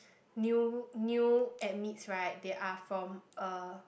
new new admits right they are from a